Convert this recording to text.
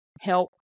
HELP